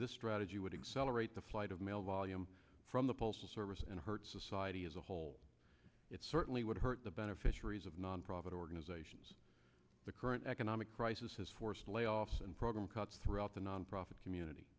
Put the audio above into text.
this strategy would accelerate the flight of mail volume from the postal service and hurt society as a whole it certainly would hurt the beneficiaries of nonprofit organizations the current economic crisis has forced layoffs and program cuts throughout the nonprofit community